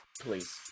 please